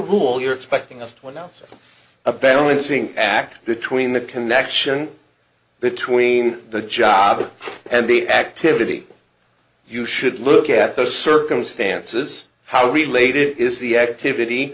rule you're expecting a twenty also a balancing act between the connection between the job and the activity you should look at the circumstances how related is the activity